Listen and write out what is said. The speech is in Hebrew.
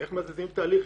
איך מזיזים תהליכים?